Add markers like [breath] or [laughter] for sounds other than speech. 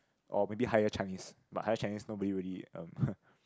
or maybe higher Chinese but higher Chinese nobody really um [breath]